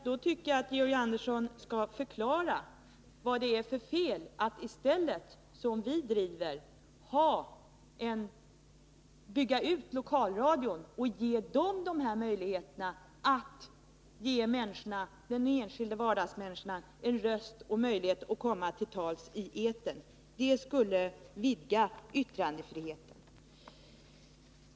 Då tycker jag att Georg Andersson skall förklara vad det är för fel att i stället — det är det vi driver — bygga ut lokalradion och låta den få möjlighet att ge de enskilda vardagsmänniskorna en röst, ge dem förutsättningar att komma till talsi etern. Detta skulle vidga yttrandefriheten.